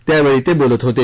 त्यावेळी ते बोलत होते